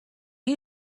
you